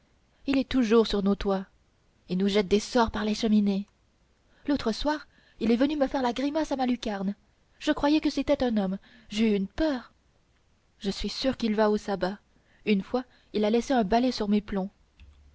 il est toujours sur nos toits il nous jette des sorts par les cheminées l'autre soir il est venu me faire la grimace à ma lucarne je croyais que c'était un homme j'ai eu une peur je suis sûre qu'il va au sabbat une fois il a laissé un balai sur mes plombs